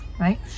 right